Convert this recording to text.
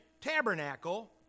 tabernacle